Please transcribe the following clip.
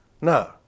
No